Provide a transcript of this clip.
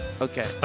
Okay